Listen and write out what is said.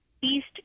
east